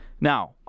Now